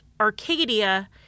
Arcadia